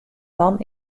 dan